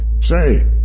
Say